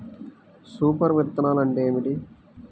Super విత్తనాలు అంటే ఏమిటి?